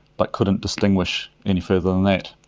but couldn't distinguish any further than that.